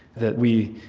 that we,